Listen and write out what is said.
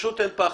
פשוט אין פחד.